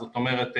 זאת אומרת,